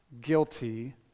guilty